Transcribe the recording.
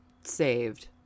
saved